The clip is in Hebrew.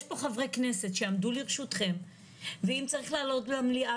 יש פה חברי כנסת שיעמדו לרשותכם ואם צריך לעלות למליאה,